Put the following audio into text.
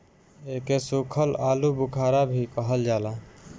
एके सुखल आलूबुखारा भी कहल जाला